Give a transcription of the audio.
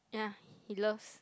yeah he loves